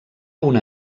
una